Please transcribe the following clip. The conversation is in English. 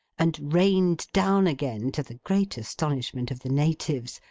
and rained down again, to the great astonishment of the natives,